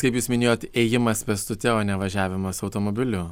kaip jūs minėjot ėjimas pėstute o ne važiavimas automobiliu